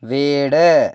വീട്